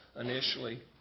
initially